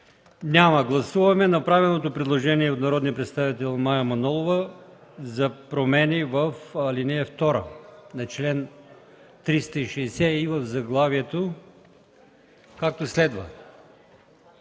Няма. Гласуваме направеното предложение от народния представител Мая Манолова за промени в ал. 2 на чл. 360 и в заглавието, както следва: